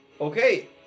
Okay